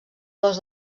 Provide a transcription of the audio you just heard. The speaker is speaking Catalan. dos